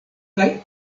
kaj